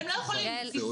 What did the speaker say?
הבנו.